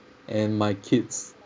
and my kids